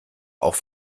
auch